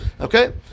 okay